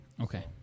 Okay